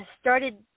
started